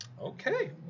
Okay